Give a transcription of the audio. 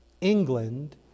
England